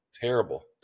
Terrible